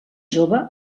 jove